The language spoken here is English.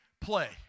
play